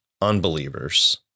unbelievers